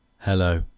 Hello